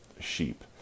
sheep